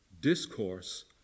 discourse